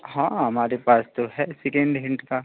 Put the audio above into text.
हाँ हमारे पास तो है सेकेंड हेंड का